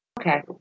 Okay